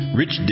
Rich